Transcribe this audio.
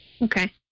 okay